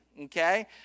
okay